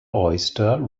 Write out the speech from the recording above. oyster